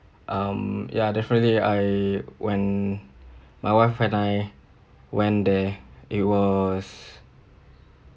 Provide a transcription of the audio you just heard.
um ya definitely I when my wife and I went there it was